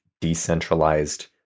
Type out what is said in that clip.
decentralized